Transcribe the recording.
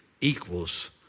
equals